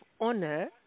Honor